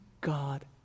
God